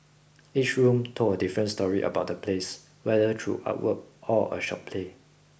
each room told a different story about the place whether through artwork or a short play